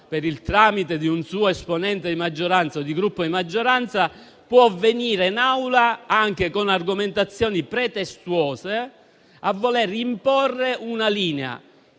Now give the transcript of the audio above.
per il tramite di un suo esponente di maggioranza o di un Gruppo di maggioranza, può intervenire in Aula, anche con argomentazioni pretestuose, per imporre una linea.